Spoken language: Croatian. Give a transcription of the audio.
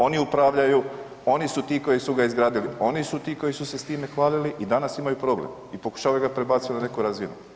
Oni upravljaju, oni su ti koji su ga izgradili, oni su ti koji su se s time hvalili i danas imaju problem i pokušavaju ga prebaciti na neku razinu.